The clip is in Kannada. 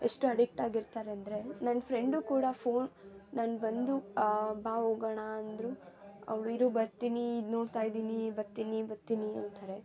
ಎಷ್ಟು ಅಡಿಕ್ಟಾಗಿರ್ತಾರೆಂದ್ರೆ ನನ್ನ ಫ್ರೆಂಡು ಕೂಡ ಫೋನ್ ನಾನು ಬಂದು ಬಾ ಹೋಗೋಣ ಅಂದರು ಅವ್ಳು ಇರು ಬರ್ತೀನಿ ನೋಡ್ತಾಯಿದ್ದೀನಿ ಬರ್ತೀನಿ ಬರ್ತೀನಿ ಅಂತಾರೆ